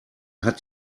hat